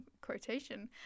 quotation